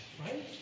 right